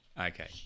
Okay